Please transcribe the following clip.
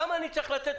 למה אני צריך לתת